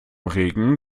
regen